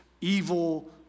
evil